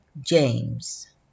James